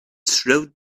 strode